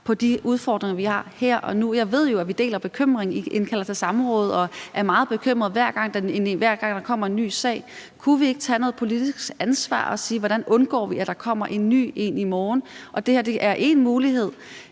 på de udfordringer, vi har her og nu? Jeg ved jo, at vi deler bekymringen. Enhedslisten kalder jo til samråd og er meget bekymret, hver gang der kommer en ny sag. Kunne vi ikke tage noget politisk ansvar og sige: Hvordan undgår vi, at der kommer en ny sag i morgen? Det her er én mulighed.